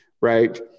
Right